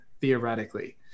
theoretically